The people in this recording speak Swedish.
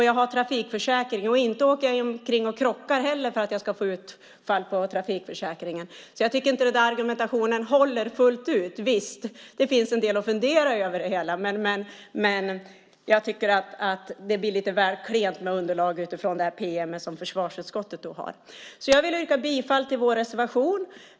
Jag har en trafikförsäkring, och inte åker jag omkring och krockar för att jag ska få ut på den. Jag tycker inte att argumenten håller fullt ut. Visst finns det en del att fundera över, men jag tycker att det är lite väl klent med underlag i det pm som försvarsutskottet har. Jag yrkar bifall till vår reservation.